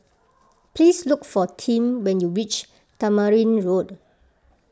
please look for Tim when you reach Tamarind Road